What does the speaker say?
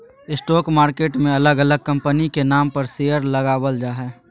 stock market मे अलग अलग कंपनी के नाम पर शेयर लगावल जा हय